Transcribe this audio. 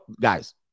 Guys